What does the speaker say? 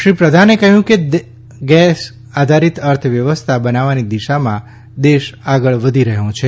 શ્રી પ્રધાને કહ્યું કે દેશ ગૈસ આધારિત અર્થવ્યવસ્થા બનવાની દિશામાં આગળ વધી યૂક્યો છે